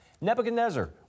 Nebuchadnezzar